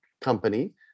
company